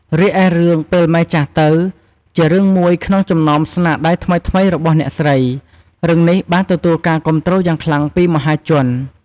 រីឯ រឿង ពេលម៉ែចាស់ទៅ ជារឿងមួយក្នុងចំណោមស្នាដៃថ្មីៗរបស់អ្នកស្រី រឿងនេះបានទទួលការគាំទ្រយ៉ាងខ្លាំងពីមហាជន។